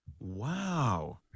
Wow